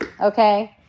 Okay